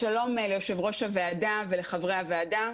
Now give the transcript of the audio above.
שלום ליושב-ראש הוועדה ולחברי הוועדה.